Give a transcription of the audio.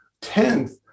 tenth